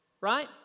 Right